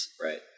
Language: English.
Right